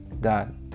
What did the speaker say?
god